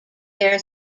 there